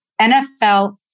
NFL